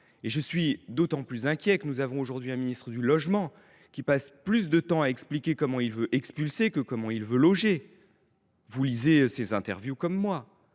Je suis d’autant plus inquiet que le ministre du logement passe plus de temps à expliquer comment il veut expulser que comment il compte loger. Vous lisez ses interviews comme moi